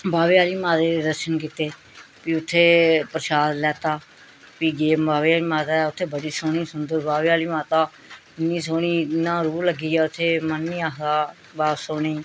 बाह्बे आह्ली माता ते दर्शन कीते फ्ही उत्थें प्रसाद लैता फ्ही गे बाह्बे आह्ली माता उत्थें बड़ी सौह्नी सुंदर बाह्बे आह्ली माता इन्नी सौह्नी इन्ना रुह् लग्गी गेआ उत्थें मन नी आखदा बापस औने गी